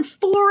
four